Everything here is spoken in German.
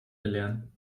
belehren